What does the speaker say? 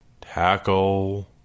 tackle